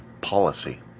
policy